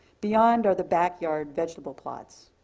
beyond are the backyard vegetable plots.